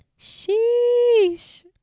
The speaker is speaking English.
sheesh